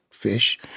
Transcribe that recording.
Fish